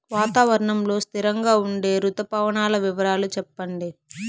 వాతావరణం లో స్థిరంగా ఉండే రుతు పవనాల వివరాలు చెప్పండి?